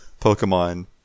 Pokemon